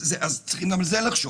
אז צריכים גם על זה לחשוב.